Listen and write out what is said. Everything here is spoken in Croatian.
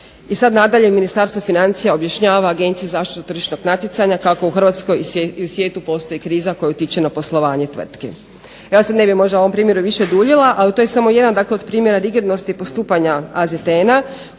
I sad nadalje Ministarstvo financija objašnjava Agenciji za zaštitu tržišnog natjecanja kako u Hrvatskoj i u svijetu postoji kriza koja utiče na poslovanje tvrtki. Ja sad ne bi možda u ovom primjeru više duljila, ali to je samo jedan dakle od primjera rigidnosti postupanja AZTN-a